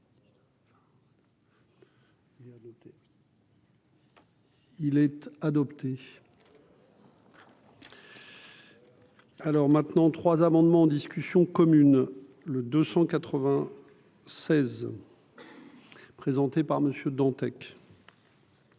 Il est adopté. Alors maintenant, 3 amendements en discussion commune le 280 16 présenté par Monsieur Dantec.